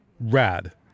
Rad